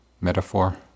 metaphor